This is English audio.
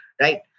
right